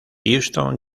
houston